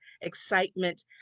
excitement